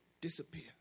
disappear